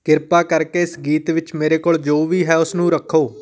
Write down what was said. ਕਿਰਪਾ ਕਰਕੇ ਇਸ ਗੀਤ ਵਿੱਚ ਮੇਰੇ ਕੋਲ ਜੋ ਵੀ ਹੈ ਉਸਨੂੰ ਰੱਖੋ